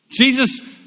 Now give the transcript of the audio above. Jesus